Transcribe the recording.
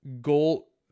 goal